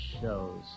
shows